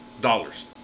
dollars